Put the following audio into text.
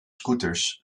scooters